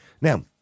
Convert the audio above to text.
Now